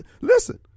listen